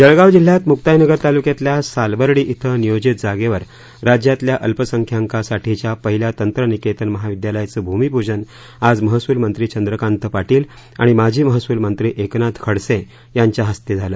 जळगाव जिल्ह्यात मुक्ताईनगर तालुक्यातल्या सालबर्डी ॐ नियोजित जागेवर राज्यातल्या अल्पसंख्यांकांसाठीच्या पहिल्या तंत्रनिकेतन महाविद्यालयाचं भूमिपूजन आज महसूलमंत्री चंद्रकांत पाटील आणी माजी महसूलमंत्री एकनाथ खडसे यांच्या हस्ते झालं